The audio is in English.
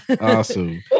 Awesome